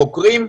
חוקרים.